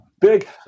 big